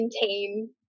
contain